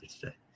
today